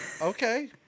Okay